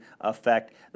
effect